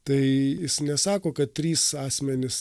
tai jis nesako kad trys asmenys